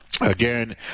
Again